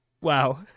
Wow